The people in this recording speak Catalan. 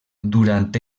durant